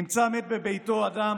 נמצא מת בביתו אדם